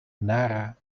nara